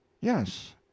Yes